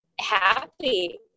happy